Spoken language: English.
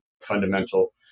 fundamental